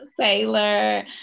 Taylor